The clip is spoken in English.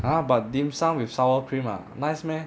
!huh! but dim sum with sour cream ah nice meh